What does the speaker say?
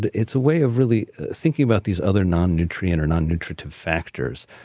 it's a way of really thinking about these other non-nutrient or nonnutritive factors.